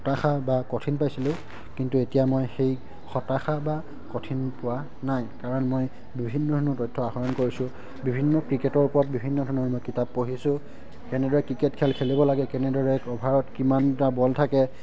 হতাশা বা কঠিন পাইছিলোঁ কিন্তু এতিয়া মই সেই হতাশা বা কঠিন পোৱা নাই কাৰণ মই বিভিন্ন ধৰণৰ তথ্য আহৰণ কৰিছোঁ বিভিন্ন ক্ৰিকেটৰ ওপৰত বিভিন্ন ধৰণৰ মই কিতাপ পঢ়িছোঁ কেনেদৰে ক্ৰিকেট খেল খেলিব লাগে কেনেদৰে অভাৰত কিমানটা বল থাকে